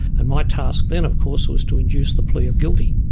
and my task then of course was to induce the plea of guilty.